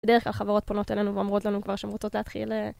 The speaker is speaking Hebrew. בדרך כלל חברות פונות אלינו ואומרות לנו כבר שהן רוצות להתחיל